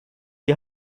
die